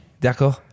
d'accord